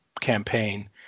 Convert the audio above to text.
campaign